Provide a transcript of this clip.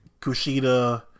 Kushida